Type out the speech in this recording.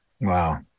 Wow